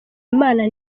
imana